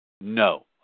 No